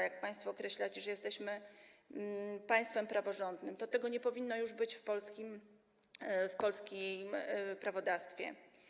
Jak państwo określacie, że jesteśmy państwem praworządnym, to tego nie powinno już być w polskim prawodawstwie.